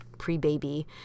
pre-baby